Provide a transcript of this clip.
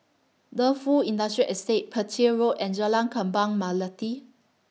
Defu Industrial Estate Petir Road and Jalan Kembang Melati